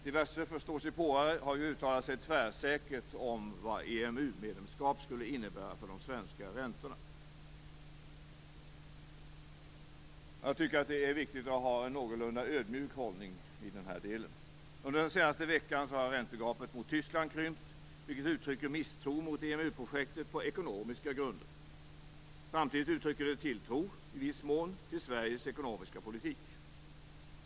Diverse förståsigpåare har uttalat sig tvärsäkert om vad ett EMU-medlemskap skulle innebära för de svenska räntorna. Jag tycker att det är viktigt att ha en någorlunda ödmjuk hållning i den här delen. Under den senaste veckan har räntegapet mot Tyskland krympt, vilket uttrycker misstro mot EMU-projektet på ekonomiska grunder. Samtidigt uttrycker det i viss mån tilltro till Sveriges ekonomiska politik.